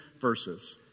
verses